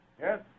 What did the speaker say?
Yes